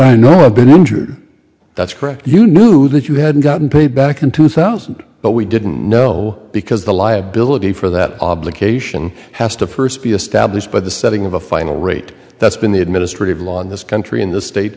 i know i've been injured that's correct you knew that you hadn't gotten paid back in two thousand but we didn't know because the liability for that obligation has to first be established by the setting of a final rate that's been the administrative law in this country in the state